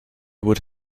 would